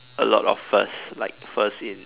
a lot of first like first in